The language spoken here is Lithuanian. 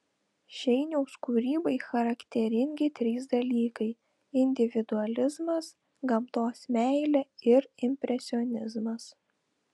šeiniaus kūrybai charakteringi trys dalykai individualizmas gamtos meilė ir impresionizmas